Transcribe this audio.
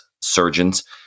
surgeons